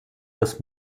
das